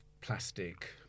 plastic